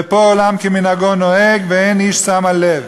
ופה עולם כמנהגו נוהג ואין איש שם אל לב.